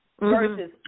versus